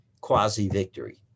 quasi-victory